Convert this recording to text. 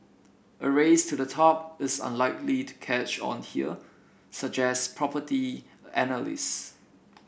a race to the top is unlikely to catch on here suggest property analysts